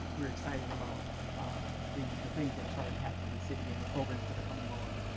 we're excited about the the things that are starting to happen in the city and the programs that are coming on.